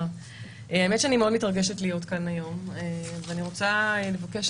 אני מאוד מתרגשת להיות כאן היום ואני רוצה לבקש